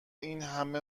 اینهمه